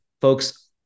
Folks